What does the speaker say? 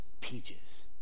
peaches